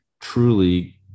truly